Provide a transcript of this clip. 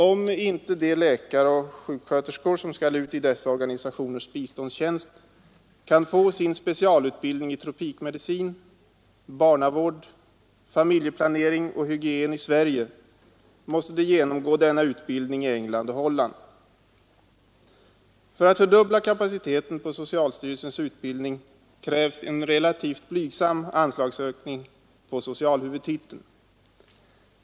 Om inte de läkare och sjuksköterskor som skall ut i dessa organisationers biståndstjänst kan få sin specialutbildning i tropikmedicin, barnavård, familjeplanering och hygien i Sverige, måste de genomgå denna utbildning i England och Holland. För att fördubbla kapaciteten på socialstyrelsens utbildning krävs en relativt blygsam anslagsökning på socialhuvudtiteln.